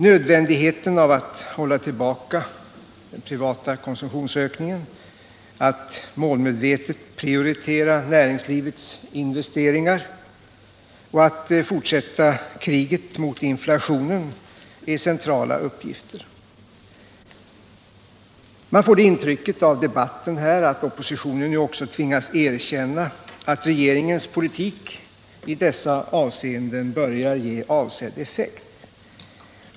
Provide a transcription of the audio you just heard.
Nödvändigheten av att hålla tillbaka den privata konsumtionen, att målmedvetet prioritera näringslivets investeringar och att fortsätta kriget mot inflationen är centrala uppgifter. Man får det intrycket av debatten här att oppositionen nu också tvingas erkänna att regeringens politik i dessa avseenden börjar ge avsedd effekt.